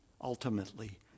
ultimately